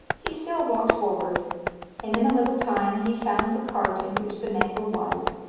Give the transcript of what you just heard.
he still walked forward and in a little time he found the cart in which the mangle was,